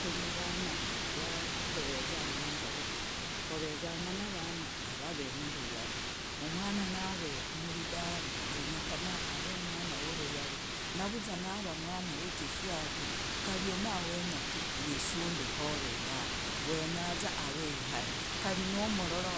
Kwinyi avana, urwakoveza nangavo kovezanga na vana vave nuruyari. Mwana nave muridara genyekana ave mwana wuruyari, navuza nava mwana wikifuawi kari umawenyaku yisunde hove dave, wenyaza ave ihare, kari numurora